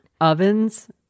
Ovens